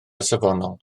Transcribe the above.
safonol